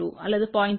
2 அல்லது 0